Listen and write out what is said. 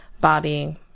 Bobby